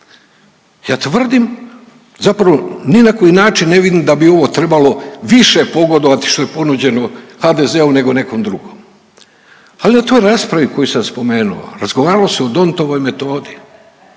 ja tvrdim zapravo ni na koji način ne vidim da bi ovo trebalo više pogodovati što je ponuđeno HDZ-u nego nekom drugom. Ali u toj raspravi koju sam spomenuo razgovaralo se o D'Hondtovoj metodi,